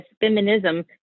feminism